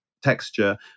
texture